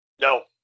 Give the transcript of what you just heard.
No